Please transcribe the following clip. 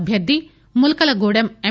అభ్యర్ది ముల్కలగూడెం ఎం